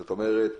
זאת אומרת,